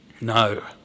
No